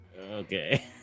Okay